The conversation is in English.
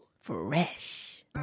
Fresh